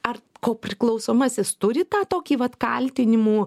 ar kopriklausomasis turi tą tokį vat kaltinimų